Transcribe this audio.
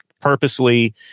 purposely